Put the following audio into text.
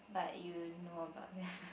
but you know about